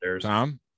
Tom